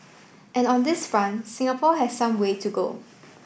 and on this front Singapore has some way to go